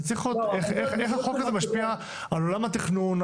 זה צריך להיות איך החוק הזה משפיע על עולם התכנון,